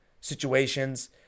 situations